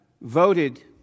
voted